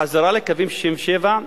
חזרה לקווי 67'